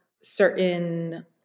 certain